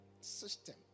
system